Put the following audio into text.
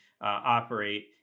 operate